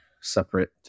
separate